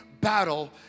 battle